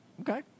Okay